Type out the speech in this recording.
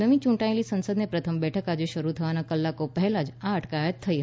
નવી યૂંટાયેલી સંસદની પ્રથમ બેઠક આજે શરૂ થવાના કલાકો પહેલાં જ આ અટકાયતી થઈ હતી